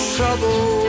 Trouble